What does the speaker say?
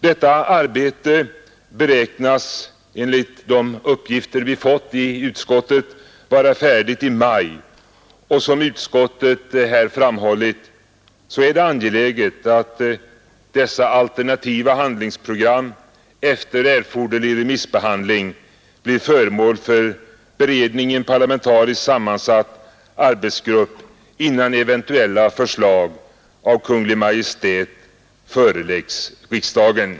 Detta arbete beräknas enligt de uppgifter vi fått i utskottet vara färdigt i maj, och som utskottet här framhållit är det angeläget att dessa alternativa handlingsprogram efter erforderlig remissbehandling blir föremål för beredning i en parlamentariskt sammansatt arbetsgrupp innan eventuella förslag av Kungl. Maj:t föreläggs riksdagen.